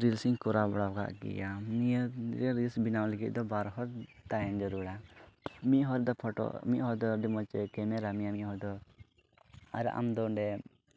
reels ᱤᱧ ᱠᱚᱨᱟᱣ ᱵᱟᱲᱟ ᱟᱠᱟᱫ ᱜᱮᱭᱟ ᱱᱤᱭᱟᱹ ᱱᱤᱭᱟᱹ ᱨᱤᱞᱥ ᱵᱮᱱᱟᱣ ᱞᱟᱹᱜᱤᱫ ᱫᱚ ᱵᱟᱨ ᱦᱚᱲ ᱛᱟᱦᱮᱱ ᱡᱟᱹᱨᱩᱲᱟ ᱢᱤᱫ ᱦᱚᱲ ᱫᱚ ᱯᱷᱳᱴᱳ ᱢᱤᱫ ᱦᱚᱲ ᱫᱚ ᱟᱹᱰᱤ ᱢᱚᱡᱽ ᱮ ᱠᱮᱢᱮᱨᱟ ᱢᱮᱭᱟ ᱢᱤᱫ ᱦᱚᱲ ᱫᱚ ᱟᱨ ᱟᱢ ᱫᱚ ᱚᱸᱰᱮ